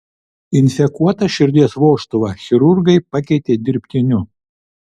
infekuotą širdies vožtuvą chirurgai pakeitė dirbtiniu